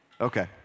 Okay